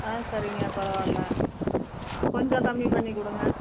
ஆ சரிங்க பரவாயில்ல கொஞ்சம் கம்மி பண்ணி கொடுங்க